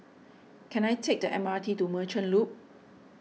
can I take the M R T to Merchant Loop